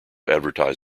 advertised